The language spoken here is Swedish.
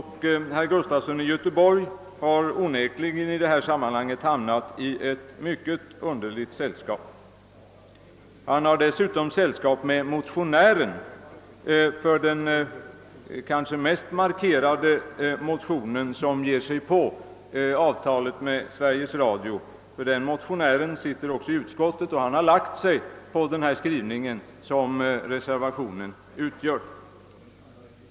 Herr Gustafson i Göteborg har onekligen i detta sammanhang hamnat i ett mycket underligt sällskap. Han har dessutom sällskap med den ledamot i riksdagen som står bakom den kanske mest markerade av de motioner som tar upp avtalet med Sveriges Radio. Vederbörande motionär sitter nämligen också i utskottet och han har lagt sig på reservationens skrivning.